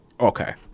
Okay